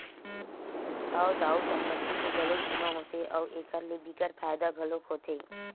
हव दाऊ संपत्ति के घलोक बीमा होथे अउ एखर ले बिकट फायदा घलोक होथे